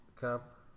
cup